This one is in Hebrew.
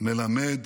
מלמד